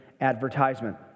advertisement